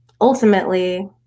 ultimately